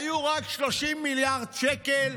היו רק 30 מיליארד שקל,